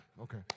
Okay